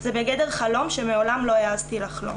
זה בגדר חלום שמעולם לא העזתי לחלום.